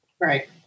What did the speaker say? right